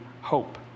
hope